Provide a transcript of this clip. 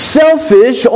selfish